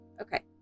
Okay